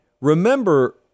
Remember